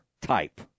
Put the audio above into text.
type